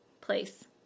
place